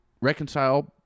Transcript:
reconcile